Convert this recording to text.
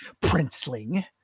princeling